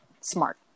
smart